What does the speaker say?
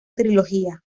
trilogía